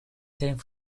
came